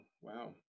wow